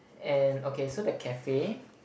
and okay so the cafe